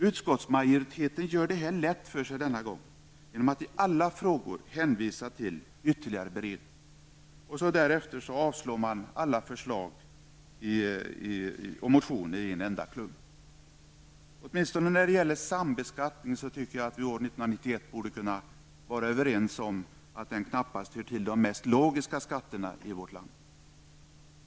Utskottsmajoriteten gör det lätt för sig denna gång genom att i alla frågor hänvisa till ytterligare beredning. Därefter avslår man alla förslag och motioner i en enda klump. Jag tycker att vi år 1991 åtminstone när det gäller sambeskattningen borde kunna vara överens om att den knappast hör till de mest logiska skatterna i vårt land.